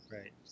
Right